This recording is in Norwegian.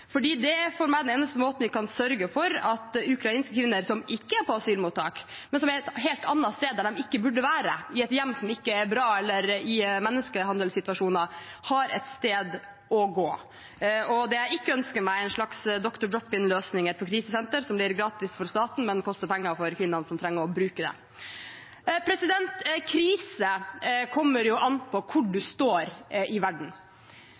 det er for meg den eneste måten vi kan sørge for at ukrainske kvinner som ikke er på asylmottak, men som er et helt annet sted der de ikke burde være, i et hjem som ikke er bra, eller i en menneskehandelssituasjon, har et sted å gå. Det jeg ikke ønsker meg, er en slags Dr.Dropin-løsninger for krisesentre som er gratis for staten, men som koster penger for kvinnene som trenger å bruke det. «Krise» kommer jo an på hvor man står i verden.